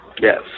Yes